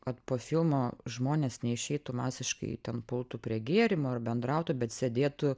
kad po filmo žmonės neišeitų masiškai ten pultų prie gėrimo ir bendrautų bet sėdėtų